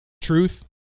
truth